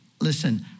Listen